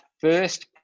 first